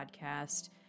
podcast